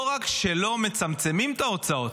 לא רק שלא מצמצמים את ההוצאות,